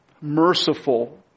merciful